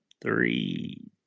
three